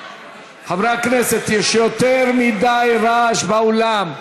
חברי הכנסת, יש יותר מדי רעש באולם.